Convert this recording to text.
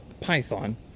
Python